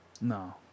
No